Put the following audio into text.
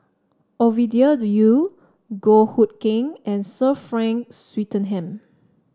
Ovidia Yu Goh Hood Keng and Sir Frank Swettenham